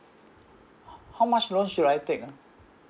how much loan should I take ah